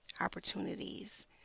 opportunities